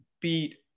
beat